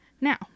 Now